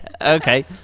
okay